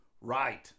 right